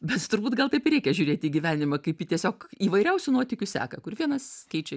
bet turbūt gal taip ir reikia žiūrėt į gyvenimą kaip į tiesiog įvairiausių nuotykių seką kur vienas keičia